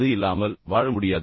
அது இல்லாமல் வாழ முடியாது